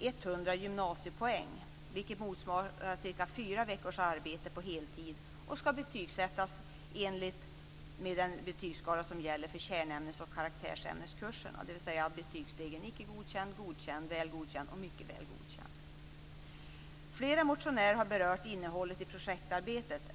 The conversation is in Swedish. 100 gymnasiepoäng, vilket motsvarar cirka fyra veckors arbete på heltid och ska betygssättas med den betygsskala som gäller för kärnämnes och karaktärsämneskurserna, dvs. betygsstegen Icke godkänd, Flera motionärer har berört innehållet i projektarbetet.